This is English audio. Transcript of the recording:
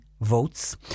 votes